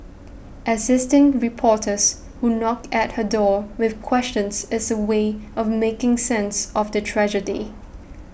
assisting reporters who knock at her door with questions is her way of making sense of the tragedy